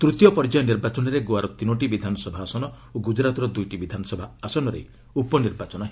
ତୃତୀୟ ପର୍ଯ୍ୟାୟ ନିର୍ବାଚନରେ ଗୋଆର ତିନୋଟି ବିଧାନସଭା ଆସନ ଓ ଗୁଜରାତର ଦୁଇଟି ବିଧାନସଭା ଆସନରେ ଉପନିର୍ବାଚନ ହେବ